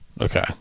Okay